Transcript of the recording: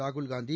Rahul Gandhi